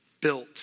built